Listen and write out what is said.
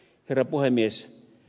herra puhemies